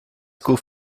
school